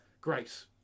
grace